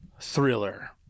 Thriller